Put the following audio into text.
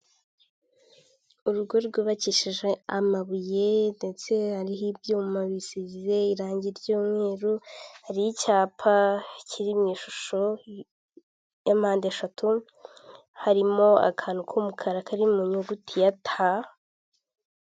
Imodoka yo mu bwoko bw bw'ivatiri ikora akazi ko gutwara abagenzi, isize ibara ry'umweru n'umuhondo iri imuhanda wa kaburimbo, ku ruhande rw'ibumoso hari abagore babiri bari gutambuka bambaye utuntu mu mutwe, hirya yabo hari umutaka wa emutiyene ucururizwamo amayinite.